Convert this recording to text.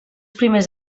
primers